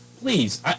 please